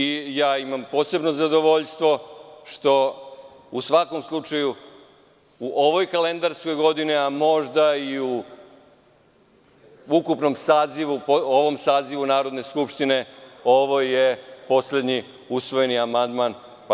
Imam posebno zadovoljstvo što je, u svakom slučaju, u ovoj kalendarskoj godini, a možda i u ukupnom sazivu, ovom sazivu Narodne skupštine, ovo poslednji usvojeni amandman.